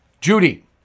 Judy